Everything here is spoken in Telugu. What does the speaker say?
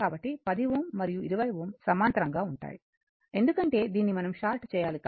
కాబట్టి 10 Ω మరియు 20 Ω సమాంతరంగా ఉంటాయి ఎందుకంటే దీన్ని మనం షార్ట్ చేయాలి